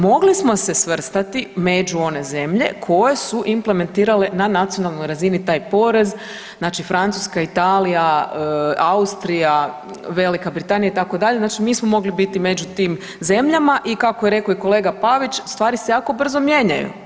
Mogli smo se svrstati među one zemlje koje su implementirale na nacionalnoj razini taj porez znači Francuska, Italija, Austrija, Velika Britanija itd. znači mi smo mogli biti među tim zemljama i kako je rekao i kolega Pavić, stvari se jako brzo mijenjaju.